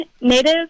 Native